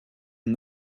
and